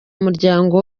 muryango